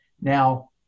Now